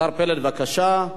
השר פלד, בבקשה.